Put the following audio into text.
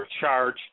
charge